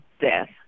death